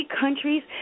countries